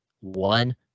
one